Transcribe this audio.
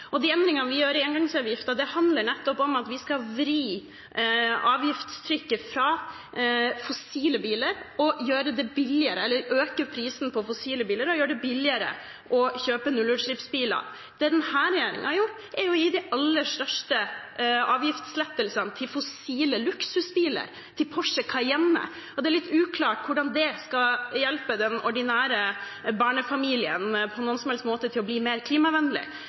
for de endringene vi gjør i engangsavgiften. De endringene vi gjør i engangsavgiften, handler nettopp om at vi skal vri avgiftstrykket fra fossile biler, øke prisen på fossile biler og gjøre det billigere å kjøpe nullutslippsbiler. Det denne regjeringen har gjort, er å gi de aller største avgiftslettelsene til fossile luksusbiler, til Porsche Cayenne, og det er litt uklart hvordan det på noen som helst måte skal hjelpe den ordinære barnefamilien til å bli mer klimavennlig.